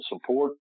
support